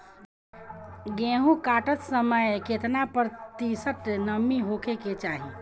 गेहूँ काटत समय केतना प्रतिशत नमी होखे के चाहीं?